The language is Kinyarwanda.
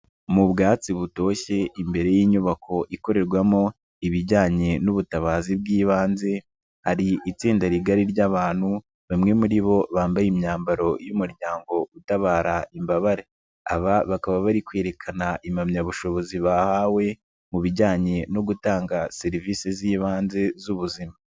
Mu bwubatsi butoshye imbere y'inyubako ikorerwamo ibijyanye n'ubutabazi bw'ibanze, ari itsinda rigari ry'abantu, bamwe muri bo bambaye imyambaro y'Umuryango utabara imbabare, aba bakaba bari kwerekana impamyabushobozi bahawe, mu bijyanye no gutanga serivisi z'ibanze z'ubuzima.